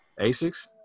Asics